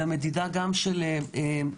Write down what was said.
אלא מדידה גם של השפעה.